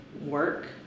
work